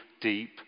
deep